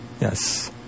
Yes